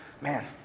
man